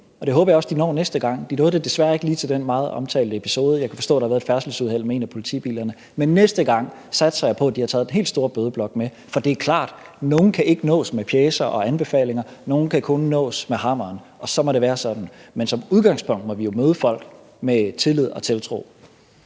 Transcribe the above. det håber jeg også at de når næste gang. De nåede det desværre ikke lige til den meget omtalte episode. Jeg kan forstå, der var et færdselsuheld med en af politibilerne. Jeg satser på, at de næste gang har taget den helt store bødeblok med, for det er klart, at nogle ikke kan nås med pjecer og anbefalinger; nogle kan kun nås med hammeren, og så må det være sådan. Men som udgangspunkt må vi jo møde folk med tillid og tiltro.